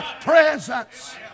presence